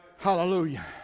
Hallelujah